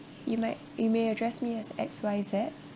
you might you may address me as X Y Z